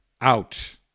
out